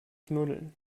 knuddeln